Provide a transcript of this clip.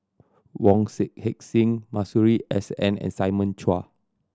Wong Heck Sing Masuri S N and Simon Chua